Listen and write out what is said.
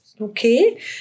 Okay